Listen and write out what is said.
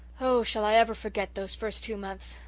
oh, shall i ever forget those first two months!